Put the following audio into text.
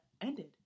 ended